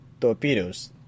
torpedoes